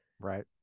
right